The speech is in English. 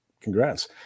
congrats